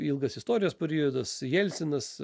ilgas istorijos periodas jelcinas